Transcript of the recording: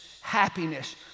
happiness